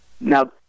now